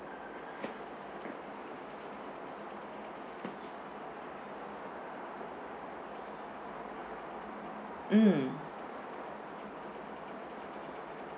mm